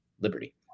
Liberty